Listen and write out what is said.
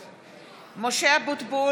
(קוראת בשמות חברי הכנסת) משה אבוטבול,